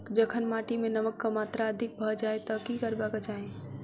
जखन माटि मे नमक कऽ मात्रा अधिक भऽ जाय तऽ की करबाक चाहि?